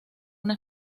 una